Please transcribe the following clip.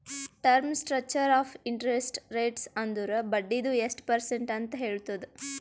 term structure of interest rates ಅಂದುರ್ ಬಡ್ಡಿದು ಎಸ್ಟ್ ಪರ್ಸೆಂಟ್ ಅಂತ್ ಹೇಳ್ತುದ್